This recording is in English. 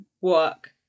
work